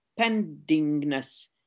pendingness